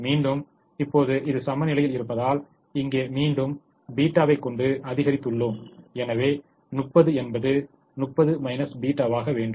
மீண்டும் இப்போது இது சமநிலையில் இருப்பதால் இங்கே மீண்டும் θ வை கொண்டு அதிகரித்துள்ளோம் எனவே 30 என்பது 30 θ வாக வேண்டும்